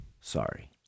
Sorry